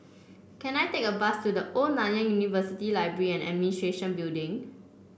can I take a bus to The Old Nanyang University Library and Administration Building